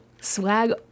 swag